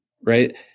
right